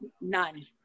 none